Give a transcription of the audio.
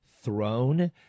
throne